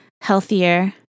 healthier